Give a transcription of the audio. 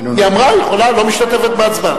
היא אמרה, היא יכולה: לא משתתפת בהצבעה.